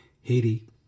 Haiti